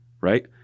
right